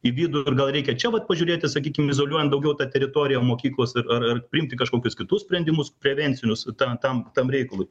į vidų ir gal reikia čia vat pažiūrėti sakykim izoliuojant daugiau tą teritoriją mokyklos ar ar priimti kažkokius kitus sprendimus prevencinius ta tam tam reikalui